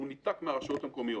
שהוא ניתק מהרשויות המקומיות,